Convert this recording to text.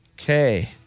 Okay